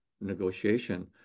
negotiation